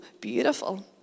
beautiful